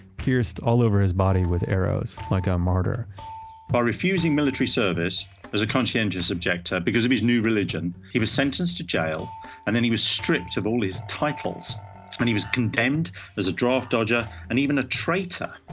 pierced all over his body with arrows like a martyr by refusing military service as a conscientious objector because of his new religion, he was sentenced to jail and then he was stripped of all his titles and he was condemned as a draft dodger and even a traitor.